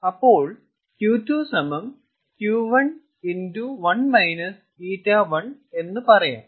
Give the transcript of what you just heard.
അപ്പോൾ Q2 Q11 ƞ1 എന്ന് പറയാം